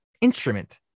instrument